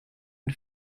and